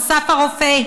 אסף הרופא,